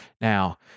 Now